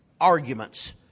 arguments